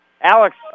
Alex